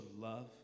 love